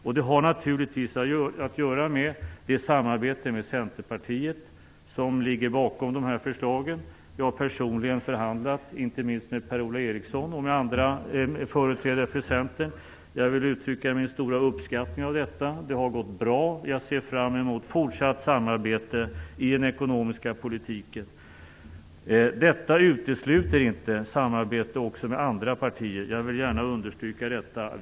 Detta har naturligtvis att göra med det samarbete med Centerpartiet som ligger bakom dessa förslag. Jag har personligen förhandlat, inte minst med Per-Ola Eriksson, och även med andra företrädare för Centern. Jag vill uttrycka min stora uppskattning av detta. Det har gått bra, och jag ser fram emot fortsatt samarbete i den ekonomiska politiken. Detta utesluter inte samarbete också med andra partier - det vill jag gärna understryka.